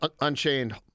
Unchained